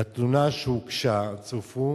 לתלונה שהוגשה צורפו